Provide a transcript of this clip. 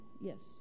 Yes